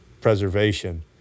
preservation